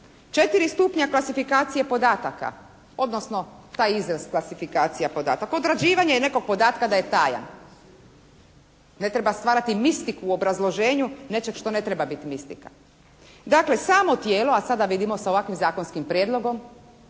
4 stupnja klasifikacije podataka odnosno taj izraz klasifikacija podataka, odrađivanje nekog podatka da je tajan. Ne treba stvarati mistiku u obrazloženju nečeg što ne treba biti mistika. Dakle samo tijelo a sada vidimo sa ovakvim zakonskim prijedlogom